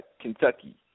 Kentucky